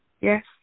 Yes